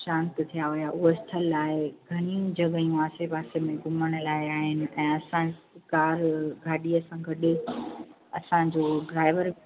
शांति थिया हुया उहो स्थल आहे घणियूं जॻहियूं आहे आसे पासे में घुमण लाइ आहिनि ऐं असांजे कार गाॾीअ सां वॾे असांजो ड्राइवर